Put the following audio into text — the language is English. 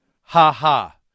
ha-ha